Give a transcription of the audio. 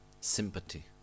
sympathy